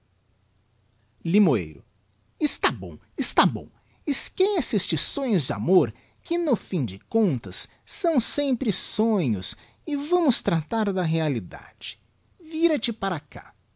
limoeiro está bom está bom esquece estes sonhos d'amor que no fira de contas são sempre sonhos e vamos tratar da realidade vira te para cá